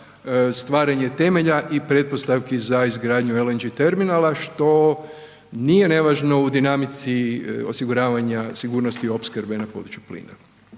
stvaranje temelja i pretpostavki za izgradnju LNG terminala što nije nevažno u dinamici osiguravanja sigurnosti opskrbe na području plina.